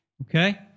Okay